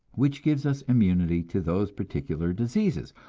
which gives us immunity to those particular diseases,